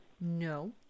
No